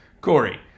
Corey